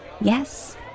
Yes